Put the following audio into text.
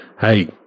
hey-